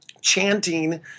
chanting